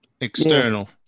External